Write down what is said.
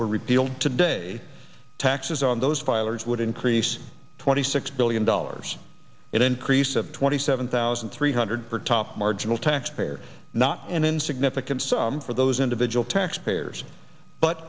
were repealed today taxes on those filers would increase twenty six billion dollars an increase of twenty seven thousand three hundred for top marginal tax payer not an insignificant sum for those individual taxpayers but